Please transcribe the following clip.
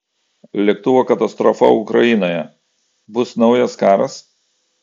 lėktuvo katastrofa ukrainoje bus naujas karas